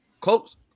close